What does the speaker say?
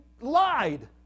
lied